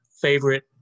favorite